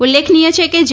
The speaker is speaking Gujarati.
ઉલ્લેખનીય છે કે જે